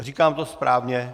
Říkám to správně?